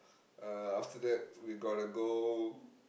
uh after that we gonna go